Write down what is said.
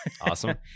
awesome